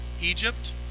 Egypt